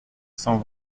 cent